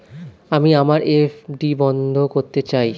আমি আমার এফ.ডি বন্ধ করতে চাই